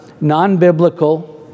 non-biblical